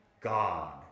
God